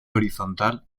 horizontal